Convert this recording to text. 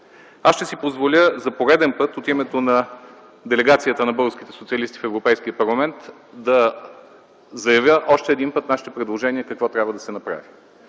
Ще си позволя за пореден път от името на делегацията на българските социалисти в Европейския парламент да заявя нашите предложения – какво трябва да се направи.